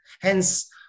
Hence